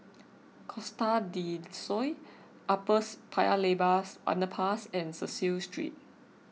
Costa del Sol Uppers Paya Lebar's Underpass and Cecil Street